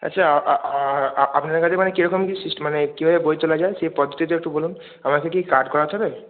আচ্ছা আপনাদের কাছে মানে কী রকম কী সিস্টেম মানে কিভাবে বই তোলা যায় সেই পদ্ধতিটা একটু বলুন আমাকে কি কার্ড করাতে হবে